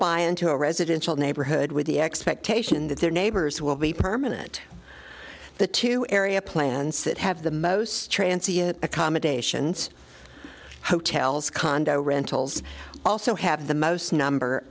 buy into a residential neighborhood with the expectation that their neighbors will be permanent the two area plans that have the most accommodations hotels condo rentals also have the most number